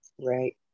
Right